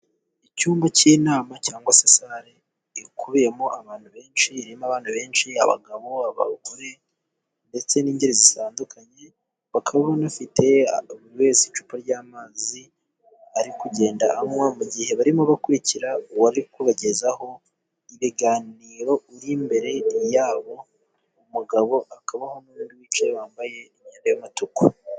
Icyumba cy'inama cyangwa se sale, ikubiyemo abantu benshi. Irimo abana benshi, abagabo, abagore ndetse n'ingeri zitandukanye. Bakaba banafite buri wese icupa ry'amazi, bari kugenda banywa mu gihe barimo bakurikira uwari kubagezaho ibiganiro, uri imbere yabo. Umugabo, akabaho n'undi wicaye wambaye imyenda y'umutuku.